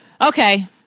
okay